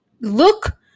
look